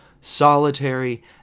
solitary